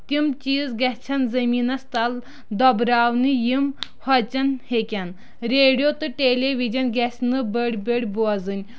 تِم چیٖز گژھن زٔمیٖنس تَل دۄبراونہٕ یِم ہۄژن ہیٚکن ریڈیو تہٕ ٹیلیوجن گژھنہٕ بٔڑۍ بٔڑۍ بوزٕنۍ